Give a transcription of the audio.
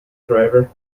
driver